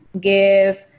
give